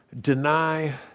deny